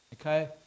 okay